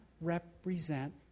represent